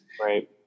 Right